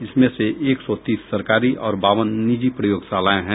इनमें से एक सौ तीस सरकारी और बावन निजी प्रयोगशालाएं हैं